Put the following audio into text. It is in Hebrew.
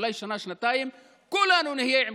אולי תוך שנה-שנתיים כולנו נהיה עם